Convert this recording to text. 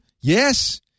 Yes